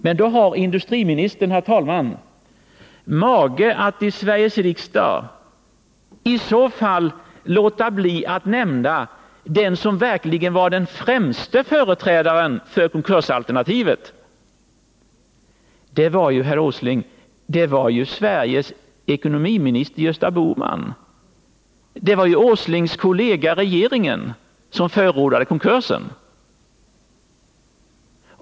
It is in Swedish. Men då har industriministern, herr talman, alltså mage att i Sveriges riksdag låta bli att nämna den som verkligen var den främste företrädaren för konkursalternativet. Det var ju, herr Åsling, Sveriges ekonomiminister Gösta Bohman. Det var herr Åslings kollegai regeringen som förordade konkurs!